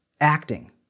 acting